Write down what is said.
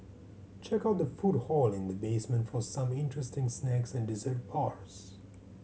check out the food hall in the basement for some interesting snacks and dessert bars